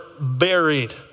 buried